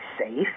safe